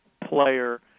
player